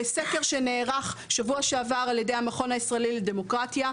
בסקר שנערך שבוע שעבר על ידי המכון הישראלי לדמוקרטיה,